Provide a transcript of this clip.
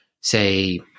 say